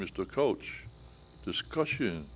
mr coach discussion